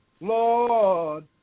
Lord